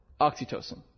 oxytocin